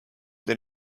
that